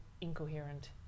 incoherent